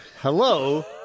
Hello